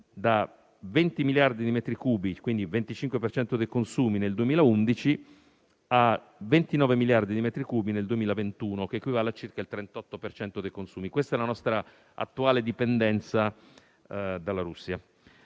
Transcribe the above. da 20 miliardi di metri cubi - il 25 per cento dei consumi - nel 2011 a 29 miliardi di metri cubi nel 2021, che equivale a circa il 38 per cento dei consumi. Questa è la nostra attuale dipendenza dalla Russia.